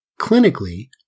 Clinically